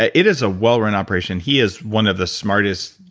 ah it is a well run operation. he is one of the smartest,